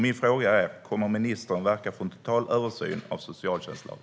Min fråga är: Kommer ministern att verka för en total översyn av socialtjänstlagen?